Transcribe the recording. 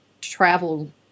travel